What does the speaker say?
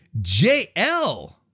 JL